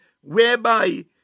Whereby